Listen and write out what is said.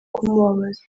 kumubabaza